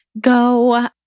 go